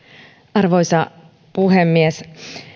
arvoisa puhemies